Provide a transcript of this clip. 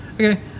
okay